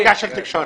זה רגע של תקשורת.